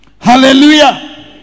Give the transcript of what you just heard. Hallelujah